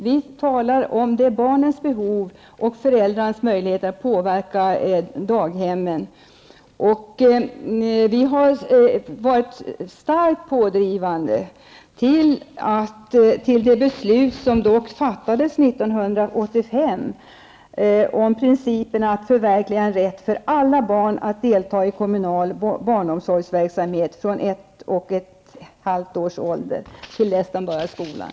Vi talar om barnens behov och föräldrarnas möjligheter att påverka daghemmen. Vi har varit starkt pådrivande vid det beslut som fattades år 1985 om principien att förverkliga rätten för alla barn att få delta i kommunal barnomsorgsverksamhet från ett och ett halvt års ålder till dess att barnen börjar i skolan.